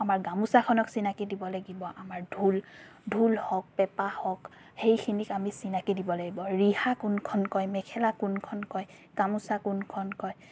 আমাৰ গামোচাখনক চিনাকি দিব লাগিব আমাৰ ঢোল ঢোল হওক পেঁপা হওক সেইখিনিক আমি চিনাকি দিব লাগিব ৰিহা কোনখন কয় মেখেলা কোনখন কয় গামোচা কোনখন কয়